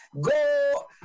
Go